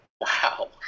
Wow